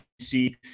see